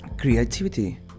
creativity